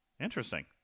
Interesting